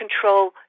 control